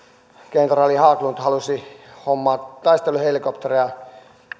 kenraali hägglund halusi hommata taisteluhelikoptereita